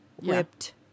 whipped